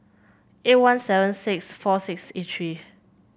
eight one seven six four six eight three